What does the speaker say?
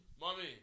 Mommy